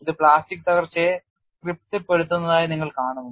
ഇത് പ്ലാസ്റ്റിക് തകർച്ചയെ തൃപ്തിപ്പെടുത്തുന്നതായി നിങ്ങൾ കാണുന്നു